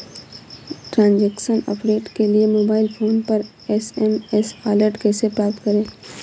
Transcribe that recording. Transaction update के लिए mobile phone पर एस.एम.एस अलर्ट कैसे प्राप्त करें?